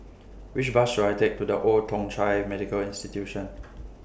Which Bus should I Take to The Old Thong Chai Medical Institution